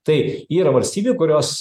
tai yra valstybių kurios